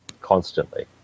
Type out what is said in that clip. constantly